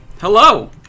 hello